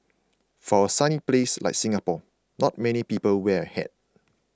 for a sunny place like Singapore not many people wear a hat